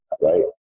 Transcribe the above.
right